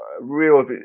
real